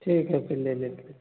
ठीक है तो ले लेते हैं